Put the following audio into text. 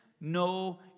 no